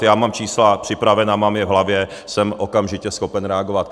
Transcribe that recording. Já mám čísla připravena, mám je v hlavě, jsem okamžitě schopen reagovat.